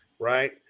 Right